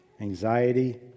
anxiety